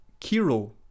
Kiro